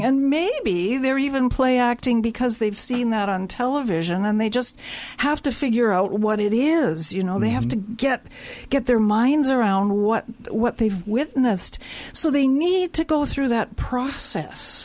and maybe they're even play acting because they've seen that on television and they just have to figure out what it is you know they have to get get their minds around what what they've witnessed so they need to go through that